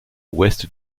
ouest